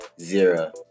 Zero